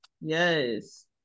yes